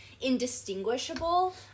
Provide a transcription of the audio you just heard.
indistinguishable